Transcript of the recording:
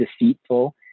deceitful